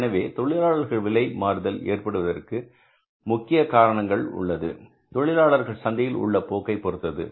எனவே தொழிலாளர் விலை மாறுதல் ஏற்பட்டதற்கு முக்கிய காரணமாக உள்ளது தொழிலாளர் சந்தையில் உள்ள போக்கை பொருத்தது